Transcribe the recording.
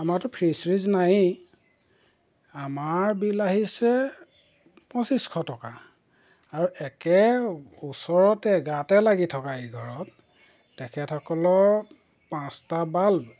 আমাৰটো ফ্ৰীজ চ্ৰীজ নাইয়ে আমাৰ বিল আহিছে পঁচিছশ টকা আৰু একে ওচৰতে গাতে লাগি থকা এঘৰত তেখেতসকলৰ পাঁচটা বাল্ব